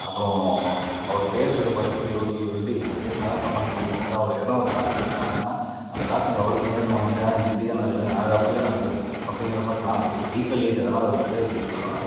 அப்புறம் அவர் பேசுறதை பார்த்துட்டு சரி ஓகே இவர்கிட்ட இப்படி பேசினா தான் சமாளிக்க முடியும்னு சொல்லிட்டு அவர் எதனா ஒரு டாபிக் எடுத்தாருனா அந்த டாபிக்கை அவருக்கு முன்னாடியே நாம வந்து ஆ இது இப்படி தான இதுல அது அப்படி தானே அதில் அப்படிங்கிற மாரி நான் சொல்லி ஈக்குவல் ஏஜ் அதனால் அவர் பேரை சொல்லி கூப்பிடுவேன்